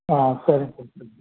ஆ சரிங்க சார் சரி